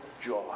joy